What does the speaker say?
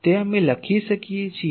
તેથી અમે તે લખી શકીએ છીએ